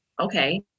okay